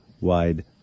Wide